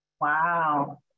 Wow